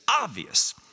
obvious